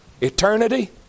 eternity